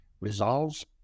resolves